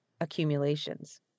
accumulations